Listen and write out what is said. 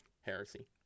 Heresy